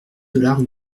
dollars